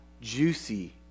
juicy